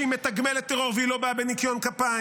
בגלל שהיא מתגמלת טרור והיא לא באה בניקיון כפיים,